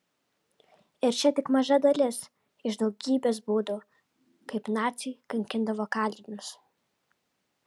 ir čia tik maža dalis iš daugybės būdų kaip naciai kankindavo kalinius